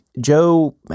Joe